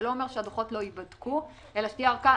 זה לא אומר שהדוחות לא ייבדקו, אלא שתהיה ארכה.